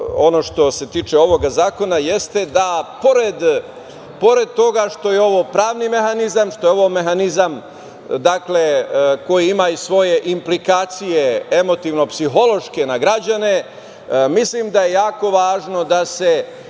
ono što se tiče ovoga zakona, jeste da pored toga što je ovo pravni mehanizam, što je ovo mehanizam koji ima i svoje implikacije emotivno-psihološke na građane, mislim da je jako važno da se